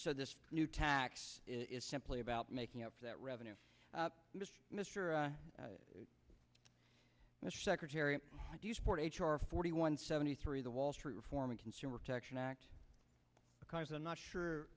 so this new tax is simply about making up for that revenue mr mister mr secretary do you support h r forty one seventy three the wall street reform and consumer protection act because i'm not sure